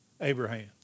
Abraham